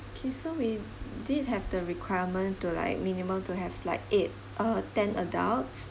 K so we did have the requirement to like minimum to have like eight uh ten adults